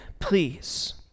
Please